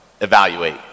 evaluate